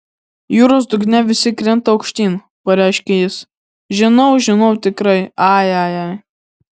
jūros dugne visi krinta aukštyn pareiškė jis žinau žinau tikrai ai ai ai